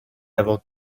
avant